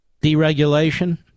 deregulation